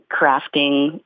crafting